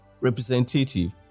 representative